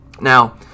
now